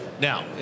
Now